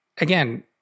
again